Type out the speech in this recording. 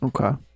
okay